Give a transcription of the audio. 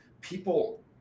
people